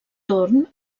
torn